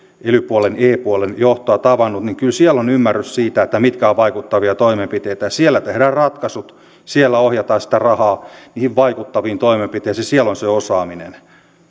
ely puolen e puolen johtoa tavannut niin kyllä siellä on ymmärrys siitä mitkä ovat vaikuttavia toimenpiteitä siellä tehdään ratkaisut siellä ohjataan sitä rahaa niihin vaikuttaviin toimenpiteisiin siellä on se osaaminen